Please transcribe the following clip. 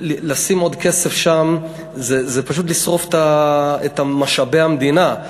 לשים עוד כסף שם זה פשוט לשרוף את משאבי המדינה.